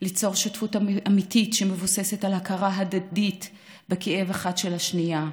ליצור שותפות אמיתית שמבוססת על הכרה הדדית בכאב אחת של השנייה.